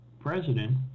president